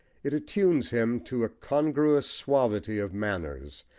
it attunes him to a congruous suavity of manners,